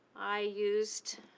i used,